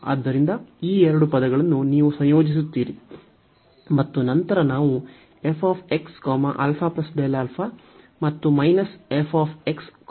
ಆದ್ದರಿಂದ ಈ ಎರಡು ಪದಗಳನ್ನು ನೀವು ಸಂಯೋಜಿಸುತ್ತೀರಿ ಮತ್ತು ನಂತರ ನಾವು ಮತ್ತು ಮೈನಸ್ ಅನ್ನು ಸಂಯೋಜಿಸುತ್ತೇವೆ